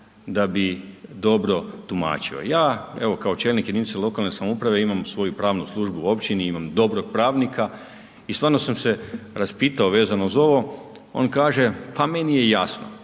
da bi dobro tumačio. Ja evo kao čelnik jedinice lokalne samouprave imam svoju pravnu službu u općini, imam dobrog pravnika i stvarno sam se raspitao vezano uz ovo, on kaže, pa meni je jasno